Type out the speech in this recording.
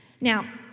Now